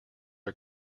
are